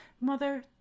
mother